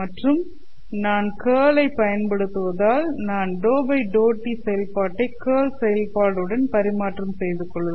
மற்றும் நான் கேர்ள் ஐ பயன்படுத்துவதால் நான் ∂∂t செயல்பாட்டை கேர்ள் செயல்பாடு உடன் பரிமாற்றம் செய்து கொள்ளலாம்